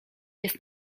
jest